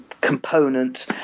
component